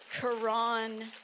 quran